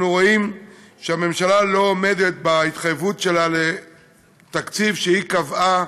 אנחנו רואים שהממשלה לא עומדת בהתחייבות שלה לתקציב שהיא קבעה,